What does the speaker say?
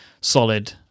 solid